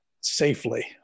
safely